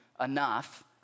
enough